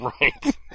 Right